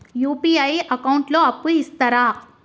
UPI account లో అప్పు ఇస్తరా?